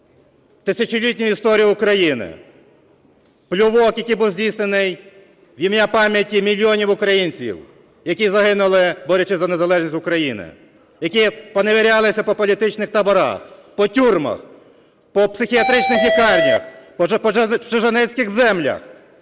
тисячолітню історію України. Плювок, який був здійснений в ім'я пам'яті мільйонів українців, які загинули борючись за незалежність України, які поневірялися по політичних таборах, по тюрмах, по психіатричних лікарнях, по чужинецьких землях.